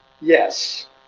Yes